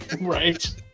Right